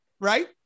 right